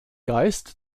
geist